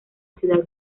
ciudad